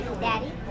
Daddy